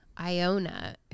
Iona